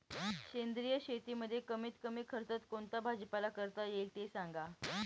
सेंद्रिय शेतीमध्ये कमीत कमी खर्चात कोणता भाजीपाला करता येईल ते सांगा